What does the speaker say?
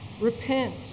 repent